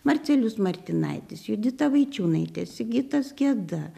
marcelijus martinaitis judita vaičiūnaitė sigitas geda